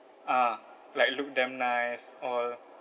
ah like look damn nice all